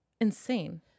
insane